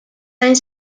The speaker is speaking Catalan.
anys